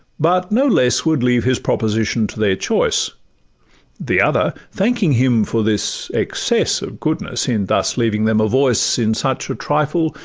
but no less would leave his proposition to their choice the other, thanking him for this excess of goodness, in thus leaving them a voice in such a trifle,